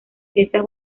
ciencias